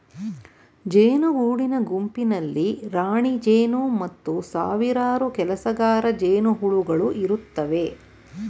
ಜೇನು ಗೂಡಿನ ಗುಂಪಿನಲ್ಲಿ ರಾಣಿಜೇನು ಮತ್ತು ಸಾವಿರಾರು ಕೆಲಸಗಾರ ಜೇನುಹುಳುಗಳು ಇರುತ್ತವೆ